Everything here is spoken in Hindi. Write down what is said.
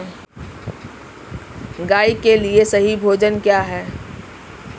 गाय के लिए सही भोजन क्या है?